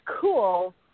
cool